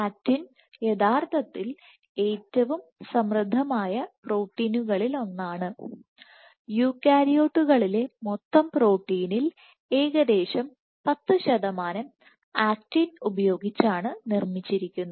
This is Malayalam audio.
ആക്റ്റിൻ യഥാർത്ഥത്തിൽ ഏറ്റവും സമൃദ്ധമായ പ്രോട്ടീനുകളിലൊന്നാണ്യൂക്കാരിയോട്ടുകളിലെ മൊത്തം പ്രോട്ടീനിൽ ഏകദേശം 10 ശതമാനം ആക്റ്റിൻ ഉപയോഗിച്ചാണ് നിർമ്മിച്ചിരിക്കുന്നത്